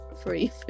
free